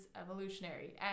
evolutionary